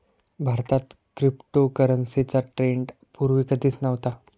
भारतात क्रिप्टोकरन्सीचा ट्रेंड पूर्वी कधीच नव्हता